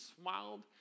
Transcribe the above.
smiled